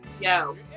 yo